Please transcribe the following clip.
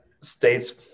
states